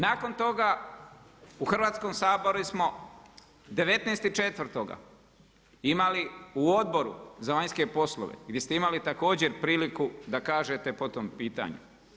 Nakon toga u Hrvatskom saboru smo 19.4. imali u Odboru za vanjske poslove gdje ste imali također priliku da kažete po tom pitanju.